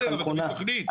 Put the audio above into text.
בסדר, אבל תביא תוכנית.